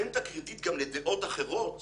תן את הקרדיט גם לדעות אחרות